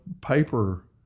paper